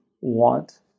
want